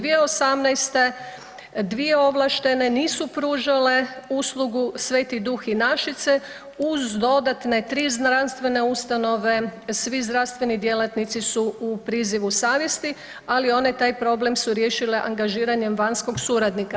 2018., dvije ovlaštene, nisu pružale uslugu, Sveti Duh i Našice uz dodatne tri znanstvene ustanove, svi zdravstveni djelatnici u prizivu savjesti ali one taj problem su riješile angažiranjem vanjskog suradnika.